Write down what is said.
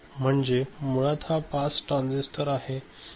म्हणजे मुळात हा पास ट्रान्झिस्टर आहे